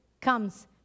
comes